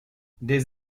des